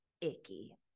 icky